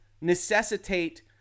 necessitate